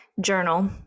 journal